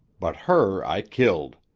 but her i killed.